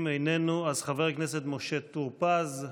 אם הוא איננו, אז חבר הכנסת משה טור פז,